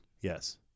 Yes